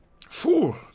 Fool